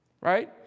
right